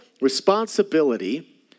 responsibility